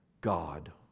God